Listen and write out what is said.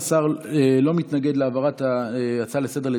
השר לא מתנגד להעברת ההצעה לסדר-היום